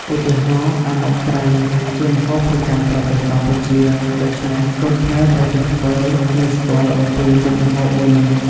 ឧទាហរណ៍ អាម៉ុកត្រី ជាម្ហូបប្រចាំប្រទេសកម្ពុជា ដូច្នេះកូនខ្មែរត្រូវចេះធ្វើ និងស្គាល់អំពីមុខម្ហូបមួយនេះ។